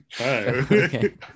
Okay